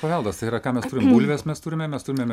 paveldas tai yra ką mes turim bulves mes turime mes turime